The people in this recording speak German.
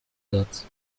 satz